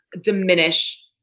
diminish